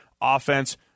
offense